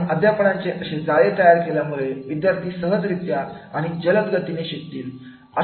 अशा अध्यापणाचे जाळे तयार केल्यामुळे विद्यार्थी सहजरीत्या आणि जलद गतीने शिकतील